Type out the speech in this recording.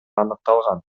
аныкталган